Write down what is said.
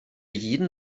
jeden